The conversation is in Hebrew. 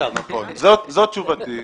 זאת תשובתי.